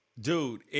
Dude